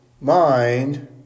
mind